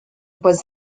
was